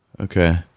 Okay